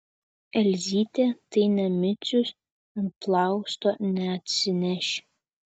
elzytė tai ne micius ant plausto neatsineši